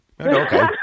Okay